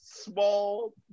small